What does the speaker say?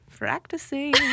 Practicing